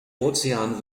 ozean